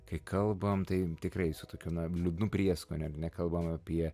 kai kalbam tai tikrai su tokiu liūdnu prieskoniu ar ne kalbam apie